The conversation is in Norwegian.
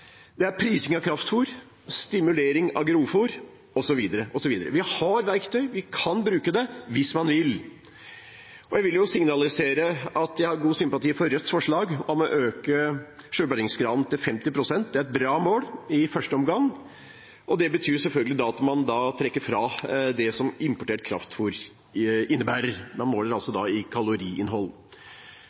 er også prising av kraftfôr, stimulering av grovfôr, osv. Vi har verktøy. Vi kan bruke det, hvis man vil. Jeg vil signalisere at jeg har stor sympati for Rødts forslag om å øke selvbergingsgraden til 50 pst. Det er et bra mål i første omgang, og det betyr selvfølgelig at man trekker fra det som importert kraftfôr innebærer. Man måler da i kaloriinnhold.